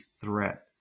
threat